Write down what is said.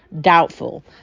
Doubtful